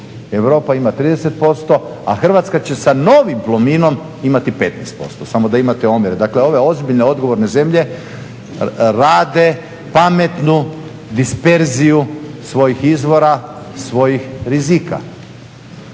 Europa ima 30%, a Hrvatska će sa novim Plominom imati 15%, samo da imate omjer. Dakle ove ozbiljne, odgovorne zemlje rade pametnu disperziju svojih izvora, svojih rizika.